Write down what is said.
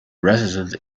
resident